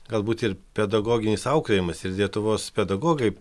galbūt ir pedagoginis auklėjimas ir lietuvos pedagogai